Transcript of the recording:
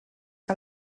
que